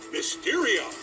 Mysterio